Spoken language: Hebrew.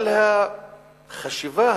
אבל החשיבה